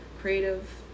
creative